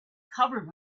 covered